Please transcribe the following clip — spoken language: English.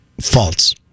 false